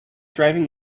driving